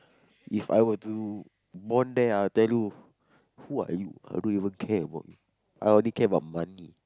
If I were to born there ah I tell you who are you I don't even care about I only care about money